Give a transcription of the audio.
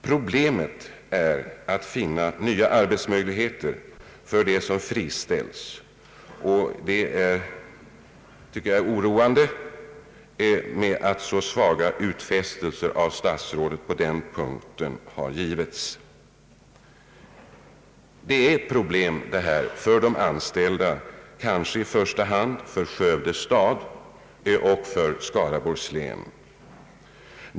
Problemet är att finna nya arbetsmöjligheter för dem som friställs, och jag tycker det är oroande att så svaga utfästelser på den punkten har givits av statsrådet. Detta är kanske i första hand ett problem för de anställda, för Skövde stad och för Skaraborgs län.